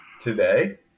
Today